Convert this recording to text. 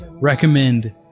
recommend